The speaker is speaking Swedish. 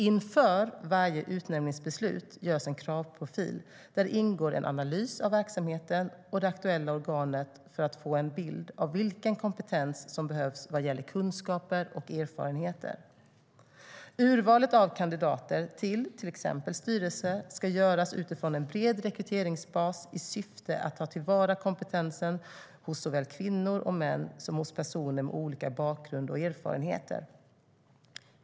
Inför varje utnämningsbeslut görs en kravprofil där det ingår en analys av verksamheten och det aktuella organet för att få en bild av vilken kompetens som behövs i fråga om kunskaper och erfarenheter. Urvalet av kandidater till styrelser ska till exempel göras utifrån en bred rekryteringsbas i syfte att ta till vara kompetensen hos såväl kvinnor och män som hos personer med olika bakgrund och erfarenheter.